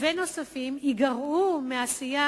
כל הדברים הללו ונוספים ייגרעו מהעשייה